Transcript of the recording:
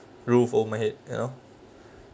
roof over my head you know